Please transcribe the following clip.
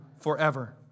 forever